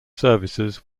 services